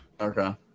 Okay